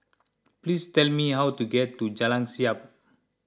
please tell me how to get to Jalan Siap